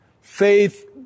Faith